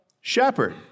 shepherd